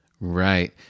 Right